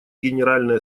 генеральной